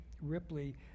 Ripley